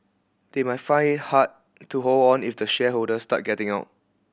they might hard to hold on if the shareholders start getting out